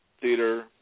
theater